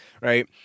right